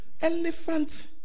Elephant